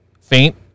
faint